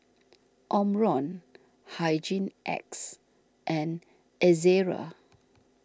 Omron Hygin X and Ezerra